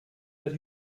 that